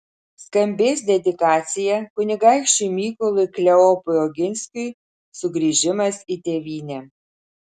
skambės dedikacija kunigaikščiui mykolui kleopui oginskiui sugrįžimas į tėvynę